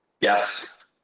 Yes